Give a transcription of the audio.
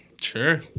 Sure